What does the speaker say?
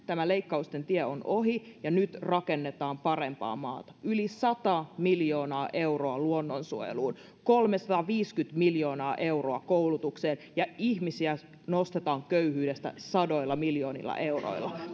tämä leikkausten tie on ohi ja nyt rakennetaan parempaa maata yli sata miljoonaa euroa luonnonsuojeluun kolmesataaviisikymmentä miljoonaa euroa koulutukseen ja ihmisiä nostetaan köyhyydestä sadoilla miljoonilla euroilla